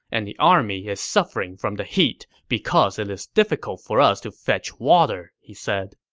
and the army is suffering from the heat because it is difficult for us to fetch water, he said